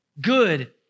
Good